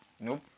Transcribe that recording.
Nope